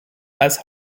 als